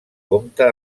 comte